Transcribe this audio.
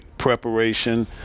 preparation